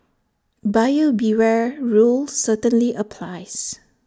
buyer beware rule certainly applies